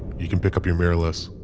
you can pick up your mirrorless.